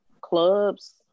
clubs